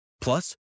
Plus